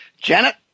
Janet